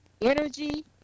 energy